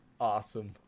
awesome